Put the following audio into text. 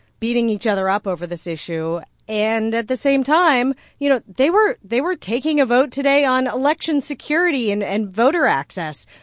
beating each other up over this issue. and at the same time, you know, they were they were taking a vote today on election security and and voter access.